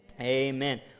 Amen